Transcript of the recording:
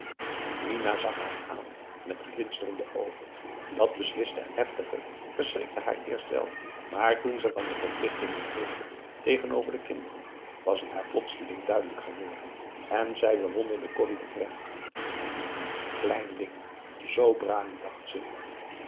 mina zag haar aan met glinsterende oogen dat besliste en heftige verschrikte haar eerst wel maar toen ze van de verplichtingen hoorde tegenover de kinderen was het haar plotseling duidelijk geworden en zij bewonderde corrie oprecht klein ding zoo brani dacht ze